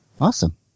Awesome